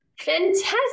Fantastic